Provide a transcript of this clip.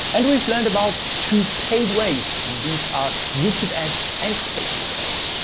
and we've learned about two paid ways. and these are youtube ads and facebook ads.